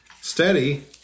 Steady